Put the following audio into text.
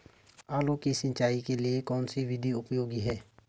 आलू की सिंचाई के लिए कौन सी विधि उपयोगी है?